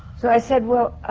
so i said, well